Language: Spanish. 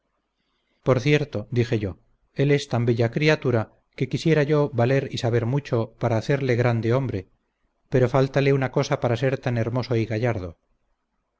por cierto dije yo él es tan bella criatura que quisiera yo valer y saber mucho para hacerle grande hombre pero fáltale una cosa para ser tan hermoso y gallardo